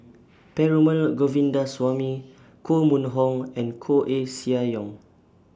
Perumal Govindaswamy Koh Mun Hong and Koeh Sia Yong